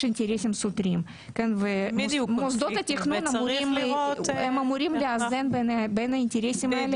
יש אינטרסים סותרים ומוסדות התכנון הם אמורים לאזן בין האינטרסים האלו.